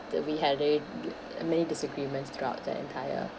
that we had a many disagreements throughout the entire